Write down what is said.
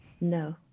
no